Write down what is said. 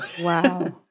wow